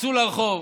תצאו לרחוב,